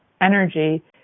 energy